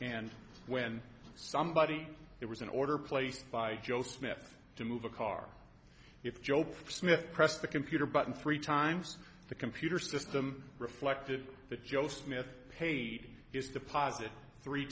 and when somebody it was an order placed by joe smith to move a car if joe smith pressed the computer button three times the computer system reflected that joe smith paid his deposit three